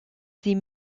sie